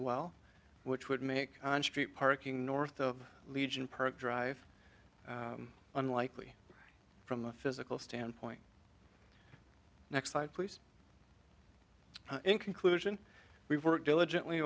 well which would make on street parking north of legion per drive unlikely from a physical standpoint next slide please in conclusion we've worked diligently